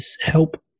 help